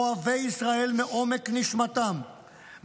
אוהבי ישראל מעומק נשמתם.